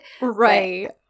right